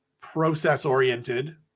process-oriented